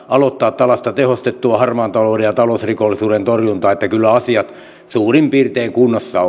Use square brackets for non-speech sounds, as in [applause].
aloittaa tällaista tehostettua harmaan talouden ja talousrikollisuuden torjuntaa että kyllä asiat suurin piirtein kunnossa [unintelligible]